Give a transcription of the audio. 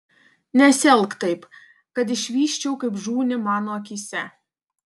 nesielk taip kad išvysčiau kaip žūni mano akyse